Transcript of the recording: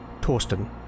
Torsten